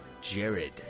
Jared